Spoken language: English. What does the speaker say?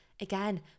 Again